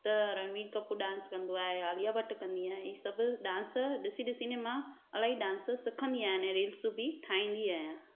त रणवीर कपूर डांस कंदो आहे आलिया भट कंदी आहे ई सभु डांस ॾिसी ॾिसी ने मां इलाही डांस सिखंदी आहियां ने रील्स बि ठाहींदी आहियां